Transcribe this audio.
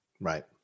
right